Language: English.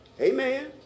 Amen